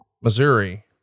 Missouri